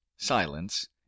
silence